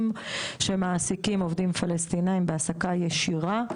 שמעסיקים עובדים פלשתינאים בהעסקה ישירה.